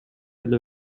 эле